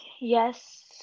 yes